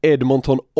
Edmonton